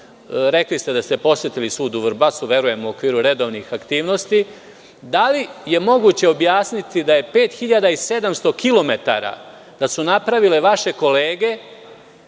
rekli ste da ste posetili sud u Vrbasu, verujem u okviru redovnih aktivnosti, da li je moguće objasniti da su 5700 kilometara napravile vaše kolege